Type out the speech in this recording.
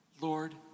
Lord